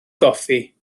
goffi